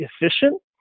efficient